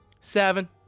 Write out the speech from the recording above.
Seven